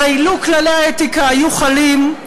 הרי לו כללי האתיקה היו חלים,